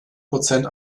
prozent